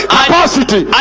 capacity